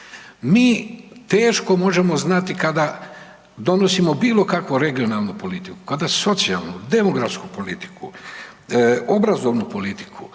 Mi teško možemo znati kada donosimo bilo kakvu regionalnu politiku, kada socijalnu, demografsku politiku, obrazovnu politiku,